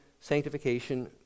sanctification